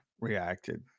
reacted